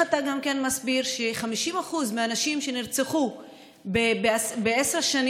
גם איך אתה מסביר ש-50% מהנשים שנרצחו בעשר השנים